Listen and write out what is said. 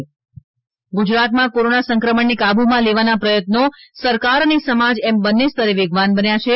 corona Gujarat માં corona સંક્રમણને કાબૂમાં લેવાના પ્રયત્નો સરકાર અને સમાજ એમ બંને સ્તરે વેગવાન બન્યા છે